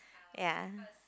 ya